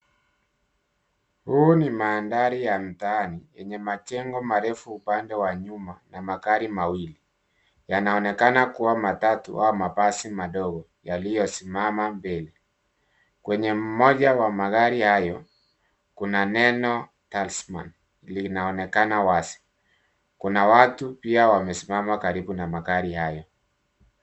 Huu ni mandhari ya mtaani, yenye majengo marefu upande wa nyuma na magari mawili, yanaonekana kuwa matatu au mabasi madogo yaliyosimama mbele. Kwenye moja wa magari hayo, kuna neno tansman, linaonekana wazi. Kuna watu pia wamesimama karibu na magari hayo.